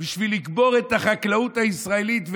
בשביל לקבור את החקלאות הישראלית,